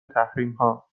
تحریمها